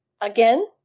Again